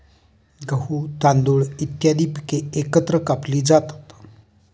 गहू, तांदूळ इत्यादी पिके एकत्र कापली जातात